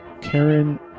Karen